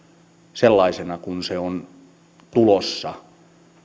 sellaisena kuin se on tulossa